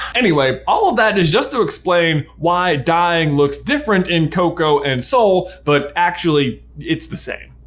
anyway, all of that is just to explain why dying looks different in coco and soul but actually it's the same.